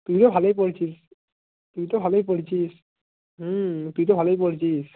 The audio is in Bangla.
তুইও ভালোই পড়ছিস তুই তো ভালোই পড়ছিস তুই তো ভালোই পড়ছিস